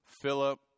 Philip